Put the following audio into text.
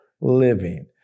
living